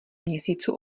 měsíců